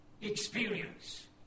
Experience